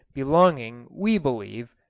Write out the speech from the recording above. belonging, we believe,